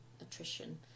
attrition